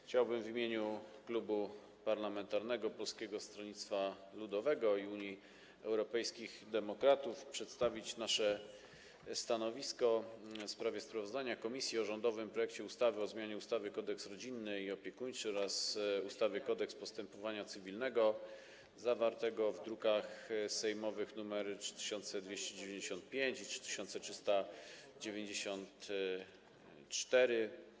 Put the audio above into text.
Chciałbym w imieniu Klubu Poselskiego Polskiego Stronnictwa Ludowego - Unii Europejskich Demokratów przedstawić nasze stanowisko w sprawie sprawozdania komisji o rządowym projekcie ustawy o zmianie ustawy Kodeks rodzinny i opiekuńczy oraz ustawy Kodeks postępowania cywilnego, druki sejmowe nr 3295 i 3394.